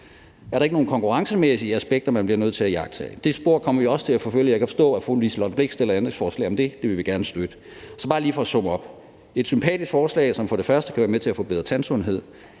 Er der ikke nogle konkurrencemæssige aspekter, man bliver nødt til at iagttage? Det spor kommer vi også til at forfølge. Jeg kan forstå, at fru Liselott Blixt stiller et ændringsforslag om det, og det vil vi gerne støtte. Bare for lige at summere op: Det er et sympatisk forslag, som kan være med til at forbedre tandsundheden,